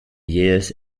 jähes